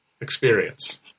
experience